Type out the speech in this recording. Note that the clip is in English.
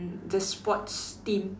the sports teams